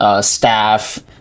staff